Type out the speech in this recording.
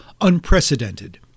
unprecedented